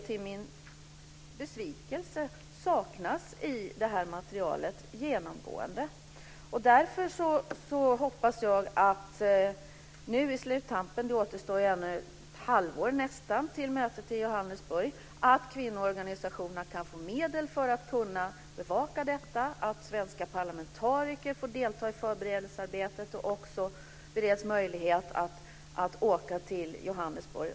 Till min besvikelse saknas detta genomgående i materialet. Därför hoppas jag att kvinnoorganisationerna nu i sluttampen - det återstår ju nästan ett halvår till mötet i Johannesburg - kan få medel för att kunna bevaka detta. Jag hoppas också att svenska parlamentariker får delta i förberedelsearbetet och bereds möjlighet att åka till Johannesburg.